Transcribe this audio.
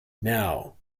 now